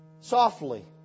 Softly